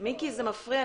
זה מפריע.